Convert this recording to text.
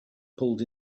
pulled